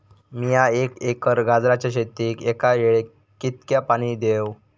मीया एक एकर गाजराच्या शेतीक एका वेळेक कितक्या पाणी देव?